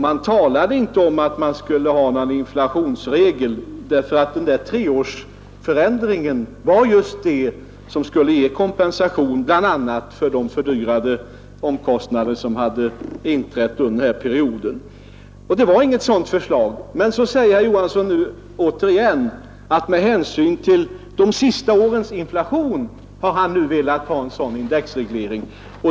Man talade inte om att man skulle ha någon inflationsregel, eftersom denna treårsförändring var just det som skulle ge kompensation bl.a. för de ökade omkostnader som hade inträtt under den här perioden. Det förelåg alltså inte något sådant förslag. Men så sade herr Johansson nu återigen att med hänsyn till de senaste årens inflation har han velat ha en sådan indexreglering.